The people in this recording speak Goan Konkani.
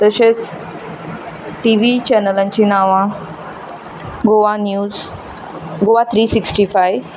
तशेंच टी व्ही चॅनलांचीं नांवां Goa news Goa three sixty five